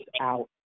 out